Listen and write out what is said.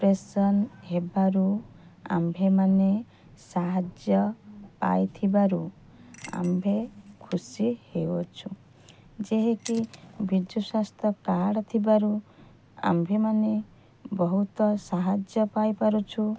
operation ହେବାରୁ ଆମ୍ଭେମାନେ ସାହାଯ୍ୟ ପାଇଥିବାରୁ ଆମ୍ଭେ ଖୁସି ହେଇଅଛୁ ଯାହାକି ବିଜୁସ୍ୱାସ୍ଥ୍ୟ କାର୍ଡ଼ ଥିବାରୁ ଆମ୍ଭେମାନେ ବହୁତ ସାହାଯ୍ୟ ପାଇପାରୁଛୁ